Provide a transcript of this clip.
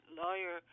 lawyer